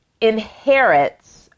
inherits